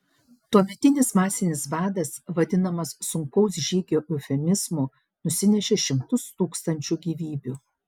tuometinis masinis badas vadinamas sunkaus žygio eufemizmu nusinešė šimtus tūkstančių gyvybių